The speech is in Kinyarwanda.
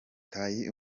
tayi